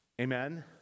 Amen